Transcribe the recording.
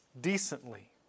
decently